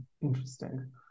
interesting